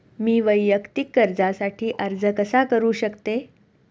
मी वैयक्तिक कर्जासाठी अर्ज कसा करु शकते?